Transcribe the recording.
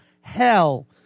hell